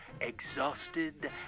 Exhausted